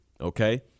okay